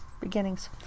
beginnings